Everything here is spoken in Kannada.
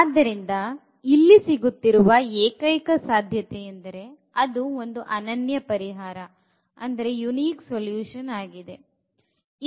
ಆದ್ದರಿಂದ ಇಲ್ಲಿ ಸಿಗುತ್ತಿರುವ ಏಕೈಕ ಸಾಧ್ಯತೆಯೆಂದರೆ ಅದು ಒಂದು ಅನನ್ಯ ಪರಿಹಾರ ವಾಗಿದೆ